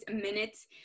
minutes